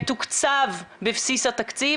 מתוקצב בבסיס התקציב,